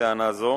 לטענה זו,